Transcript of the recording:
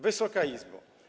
Wysoka Izbo!